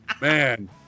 man